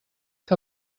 que